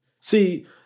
See